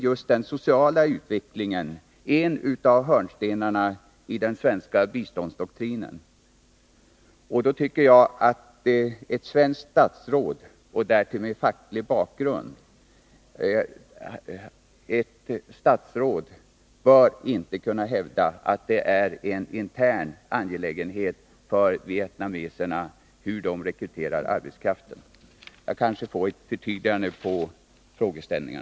Just den sociala utvecklingen är en av hörnstenarna i den svenska biståndsdoktrinen, och därför tycker jag att ett svenskt statsråd, därtill med facklig bakgrund, inte bör kunna hävda att det är en intern angelägenhet för vietnameserna hur de rekryterar arbetskraften. Jag får kanske ett förtydligande när det gäller dessa frågeställningar.